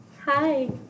Hi